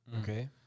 Okay